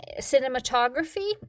cinematography